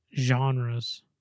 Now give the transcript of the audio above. genres